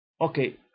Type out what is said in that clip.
Okay